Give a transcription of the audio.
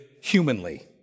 humanly